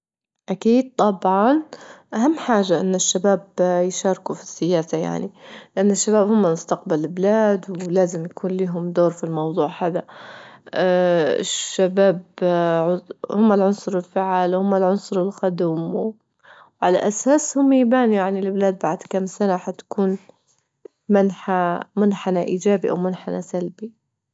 أكيد طبعا أهم حاجة إن الشباب يشاركوا في السياسة يعني، لأن الشباب هم مستقبل البلاد، ولازم يكون لهم دور في الموضوع هذا الشباب هم العنصر الفعال، هم العنصر الخدوم، وعلى أساسهم يبان يعني الأولاد بعد كم سنة حتكون منحى- منحنى إيجابي أو منحنى سلبي.